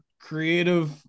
creative